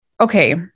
okay